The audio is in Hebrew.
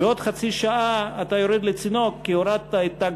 ועוד חצי שעה: אתה יורד לצינוק כי הורדת את תג